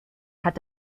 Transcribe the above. hat